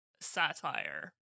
satire